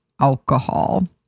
alcohol